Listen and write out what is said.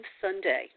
Sunday